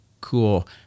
cool